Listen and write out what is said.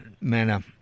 manner